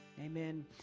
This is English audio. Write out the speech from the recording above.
Amen